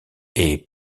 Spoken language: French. est